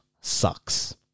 sucks